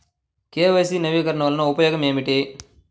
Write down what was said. KYC నవీకరణ వలన ఉపయోగం ఏమిటీ?